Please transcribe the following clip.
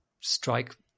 strike